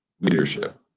leadership